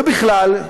ובכלל,